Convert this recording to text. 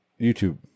YouTube